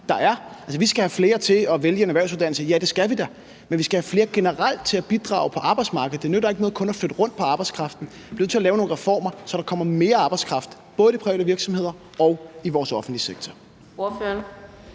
der er? Altså, vi skal have flere til at vælge en erhvervsuddannelse – ja, det skal vi da. Men vi skal generelt have flere til at bidrage på arbejdsmarkedet. Det nytter ikke noget kun at flytte rundt på arbejdskraften; vi bliver nødt til at lave nogle reformer, så der kommer mere arbejdskraft, både til de private virksomheder og i vores offentlige sektor.